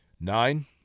Nine